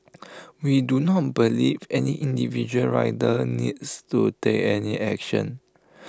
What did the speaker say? we do not believe any individual rider needs to take any action